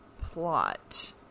plot